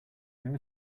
there